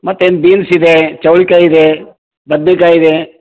ಮತ್ತೇನು ಬೀನ್ಸ್ ಇದೆ ಚೌಳಿಕಾಯಿ ಇದೆ ಬದ್ನೆಕಾಯಿ ಇದೆ